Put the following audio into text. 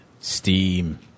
Steam